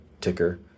ticker